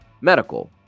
medical